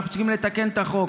אנחנו צריכים לתקן את החוק.